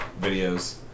videos